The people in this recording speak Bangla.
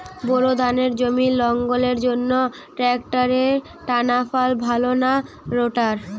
বোর ধানের জমি লাঙ্গলের জন্য ট্রাকটারের টানাফাল ভালো না রোটার?